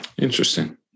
Interesting